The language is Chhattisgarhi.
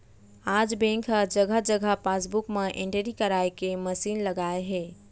आज बेंक ह जघा जघा पासबूक म एंटरी कराए के मसीन लगाए हे